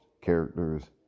characters